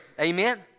Amen